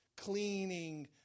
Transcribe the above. cleaning